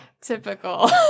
typical